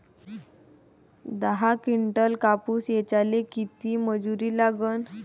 दहा किंटल कापूस ऐचायले किती मजूरी लागन?